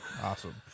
awesome